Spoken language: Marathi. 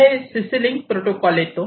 पुढे CC लिंक प्रोटोकॉल येतो